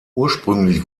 ursprünglich